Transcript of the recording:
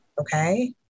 okay